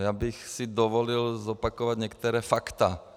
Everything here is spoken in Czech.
Já bych si dovolil zopakovat některá fakta.